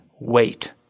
wait